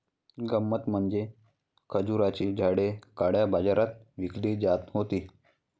गंमत म्हणजे खजुराची झाडे काळ्या बाजारात विकली जात होती